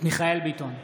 מיכאל מרדכי ביטון,